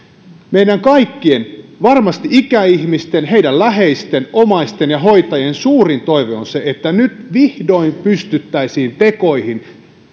meidän kaikkien varmasti ikäihmisten ja heidän läheistensä omaistensa ja hoitajiensa suurin toive on se että nyt vihdoin pystyttäisiin tekoihin